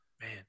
Man